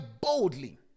boldly